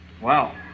Wow